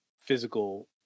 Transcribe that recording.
physical